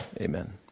Amen